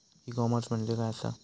E commerce म्हणजे काय असा?